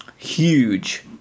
huge